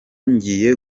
ngiye